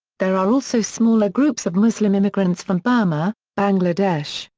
there are also smaller groups of muslim immigrants from burma, bangladesh,